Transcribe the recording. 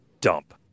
dump